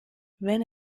wenn